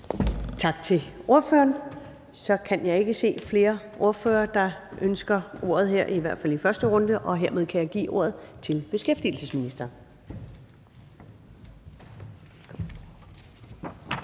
Tak til ordføreren. Så kan jeg ikke se flere ordførere, der ønsker ordet – i hvert fald ikke her i første runde. Og hermed kan jeg give ordet til beskæftigelsesministeren.